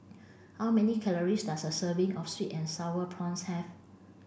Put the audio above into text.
how many calories does a serving of sweet and sour prawns have